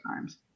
times